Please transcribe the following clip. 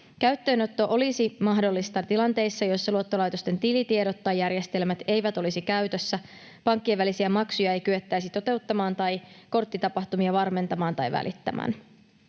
Käyttöönotto olisi mahdollista tilanteissa, joissa luottolaitosten tilitiedot tai ‑järjestelmät eivät olisi käytössä, pankkien välisiä maksuja ei kyettäisi toteuttamaan tai korttitapahtumia varmentamaan tai välittämään.